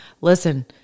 listen